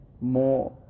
more